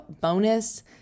bonus